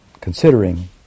considering